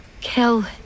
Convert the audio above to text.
kill